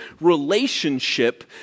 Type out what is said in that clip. relationship